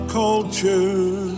culture